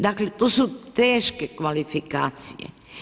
Dakle to su teške kvalifikacije.